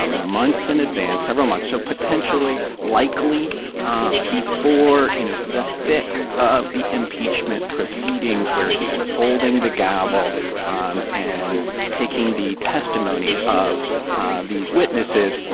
ah months in advance, several months, so potentially likely um before, you know, the thick of the impeachment proceedings where he was holding the gavel um and taking the testimony of ah these witnesses,